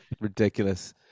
ridiculous